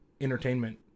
Entertainment